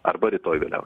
arba rytoj vėliau